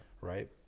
right